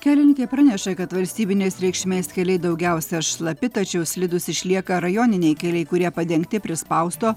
kelininkai praneša kad valstybinės reikšmės keliai daugiausia šlapi tačiau slidūs išlieka rajoniniai keliai kurie padengti prispausto